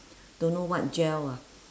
don't know what gel ah